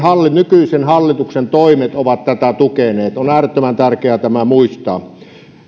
nykyisen hallituksen toimet ovat tätä tukeneet on äärettömän tärkeää tämä muistaa